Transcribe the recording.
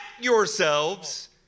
yourselves